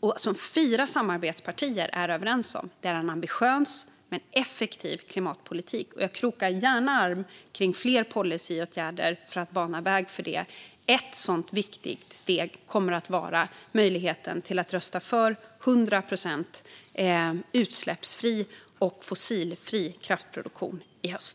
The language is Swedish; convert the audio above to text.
och som fyra samarbetspartier är överens om. Det är en ambitiös och effektiv klimatpolitik, och jag krokar gärna arm kring fler policyåtgärder för att bana väg för det. Ett sådant viktigt steg kommer att vara möjligheten att rösta för 100 procent utsläppsfri och fossilfri kraftproduktion i höst.